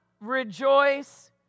rejoice